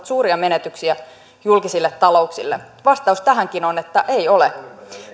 suuria menetyksiä julkisille talouksille vastaus tähänkin on että ei ole